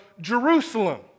Jerusalem